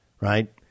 right